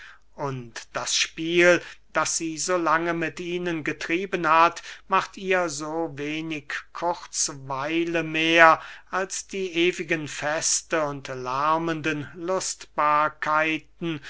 und das spiel das sie so lange mit ihnen getrieben hat macht ihr so wenig kurzweile mehr als die ewigen feste und lärmenden